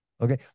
okay